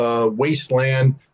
wasteland